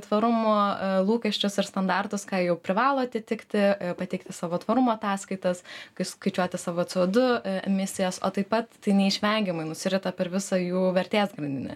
tvarumo lūkesčius ar standartus ką jau privalo atitikti pateikti savo tvarumo ataskaitas kai suskaičiuoti savo co du misijas o taip pat tai neišvengiamai nusirita per visą jų vertės grandinę